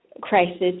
crisis